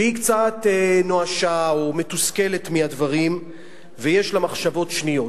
שהיא קצת נואשה או מתוסכלת מהדברים ויש לה מחשבות שניות.